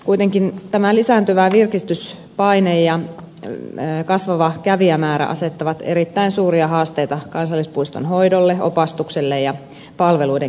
kuitenkin tämä lisääntyvä virkistyspaine ja kasvava kävijämäärä asettavat erittäin suuria haasteita kansallispuiston hoidolle opastukselle ja palveluiden kehittämiselle